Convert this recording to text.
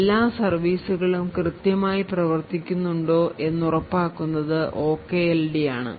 എല്ലാ സർവീസുകളും കൃത്യമായി പ്രവർത്തിക്കുന്നുണ്ടോ എന്ന് ഉറപ്പാക്കുന്നത് OKLD ആണ്